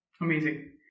Amazing